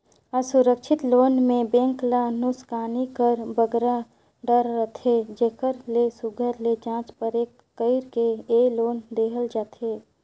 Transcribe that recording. असुरक्छित लोन में बेंक ल नोसकानी कर बगरा डर रहथे जेकर ले सुग्घर ले जाँच परेख कइर के ए लोन देहल जाथे